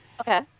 Okay